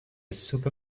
super